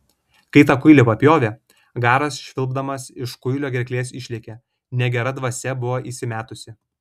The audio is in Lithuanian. kai tą kuilį papjovė garas švilpdamas iš kuilio gerklės išlėkė negera dvasia buvo įsimetusi